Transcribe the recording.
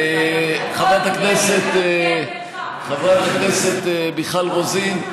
חברת הכנסת מיכל רוזין,